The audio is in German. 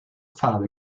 farbe